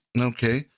Okay